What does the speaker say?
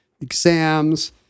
exams